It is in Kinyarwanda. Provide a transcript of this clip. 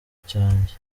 cyanjye